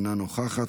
אינה נוכחת,